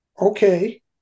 Okay